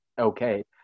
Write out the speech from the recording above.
okay